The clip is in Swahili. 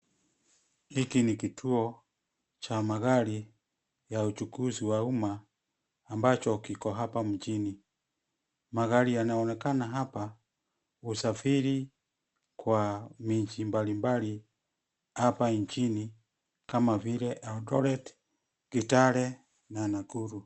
Hiki ni kituo cha magari ya uchukuzi wa umma ambacho kiko hapa mjini. Magari yanaonekana hapa husafiri kwa miji mbalimbali hapa nchini kama vile Eldoret, Kitale na Nakuru.